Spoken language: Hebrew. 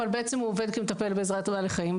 אבל בעצם הוא עובד כמטפל בעזרת בעלי חיים.